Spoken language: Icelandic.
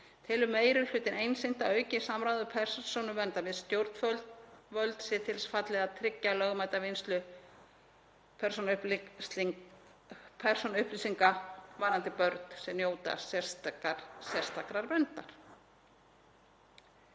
Telur meiri hlutinn einsýnt að aukið samráð Persónuverndar við stjórnvöld sé til þess fallið að tryggja lögmæti vinnslu persónuupplýsinga varðandi börn sem njóta sérstakrar verndar.